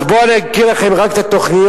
אז בוא אני אגיד לכם רק את התוכניות,